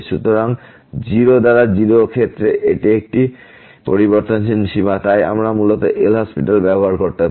সুতরাং 0 দ্বারা 0 ক্ষেত্রে এটি একটি পরিবর্তনশীল সীমা তাই আমরা মূলত LHospital ব্যবহার করতে পারি